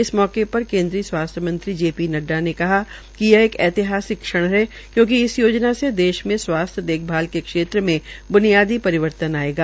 इस अवसर पर स्वास्थ्य मंत्री जे पी नड्डा ने कहा कि एक ऐतिहासिक क्षण है क्योंकि इस योजना से देश के स्वास्थ्य देखभाल के क्षेत्र में ब्नियादी परिवर्तन आयेगा